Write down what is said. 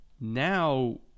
Now